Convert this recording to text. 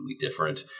different